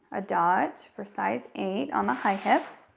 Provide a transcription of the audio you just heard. a dot for size eight on the high hip,